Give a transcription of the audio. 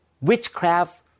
witchcraft